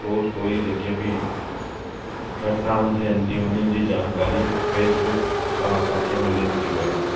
रोज कोई जेके बि घटनाऊं थियनि थियूं हुननि जी जानकारी फ़ेसबुक सां असांखे मिलन थी पियूं